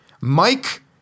Mike